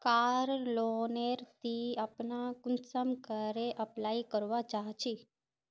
कार loan नेर ती अपना कुंसम करे अप्लाई करवा चाँ चची?